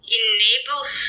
enables